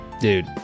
Dude